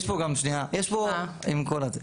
עם כל הכבוד,